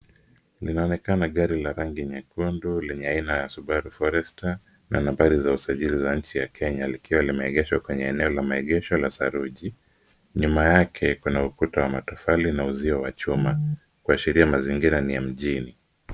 Linaonekana gari la rangi nyekundu lenye aina ya Subaru Forester na namba za usajili za nchi ya Kenya likiwa limeegeshwa kwenye eneo la maegesho la saruji. Nyuma yake kuna ukuta wa matofali na uzio wa chuma kuashiria mazingira ni ya mjini.